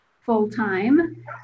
full-time